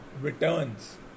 returns